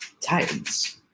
Titans